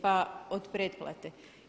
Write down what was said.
Pa od pretplate.